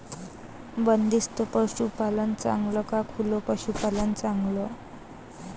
बंदिस्त पशूपालन चांगलं का खुलं पशूपालन चांगलं?